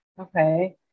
okay